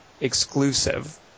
exclusive